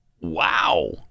Wow